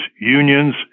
unions